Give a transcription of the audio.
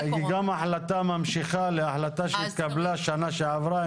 גם ההחלטה ממשיכה להחלטה שהתקבלה שנה שעברה,